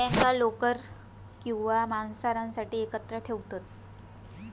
मेंढ्यांका लोकर किंवा मांसासाठी एकत्र ठेवतत